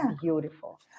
beautiful